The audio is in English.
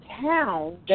town